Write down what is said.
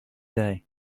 day